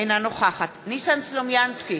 אינה נוכחת ניסן סלומינסקי,